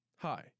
Hi